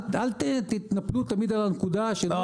אל תתנפלו תמיד על הנקודה של --- אתה